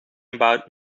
about